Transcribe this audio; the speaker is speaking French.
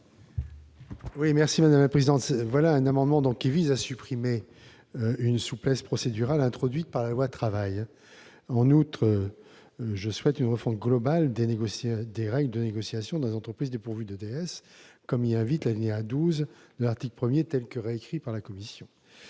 l'avis de la commission ? Cet amendement vise à supprimer une souplesse procédurale introduite par la loi Travail. En outre, je souhaite une refonte globale des règles de négociation dans les entreprises dépourvues de délégués syndicaux, comme y invite l'alinéa 12 de l'article 1 tel que réécrit par la commission.